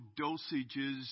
dosages